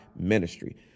ministry